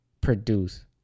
produce